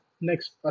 Next